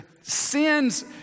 sin's